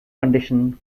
conditioned